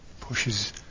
pushes